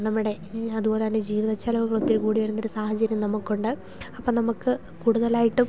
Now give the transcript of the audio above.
നമ്മുടെ അതുപോലെ തന്നെ ജീവിത ചിലവുകൾ ഒത്തിരി കൂടി വരുന്ന ഒരു സാഹചര്യം നമുക്കുണ്ട് അപ്പം നമുക്ക് കൂടുതലായിട്ടും